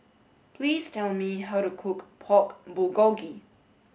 please tell me how to cook Pork Bulgogi